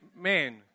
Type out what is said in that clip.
man